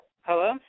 Hello